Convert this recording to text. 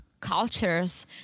cultures